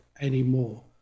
anymore